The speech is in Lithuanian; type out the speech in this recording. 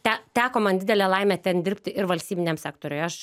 te teko man didelė laimė ten dirbti ir valstybiniam sektoriuj aš